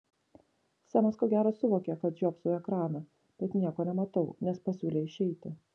semas ko gero suvokė kad žiopsau į ekraną bet nieko nematau nes pasiūlė išeiti